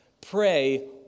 Pray